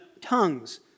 tongues